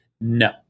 No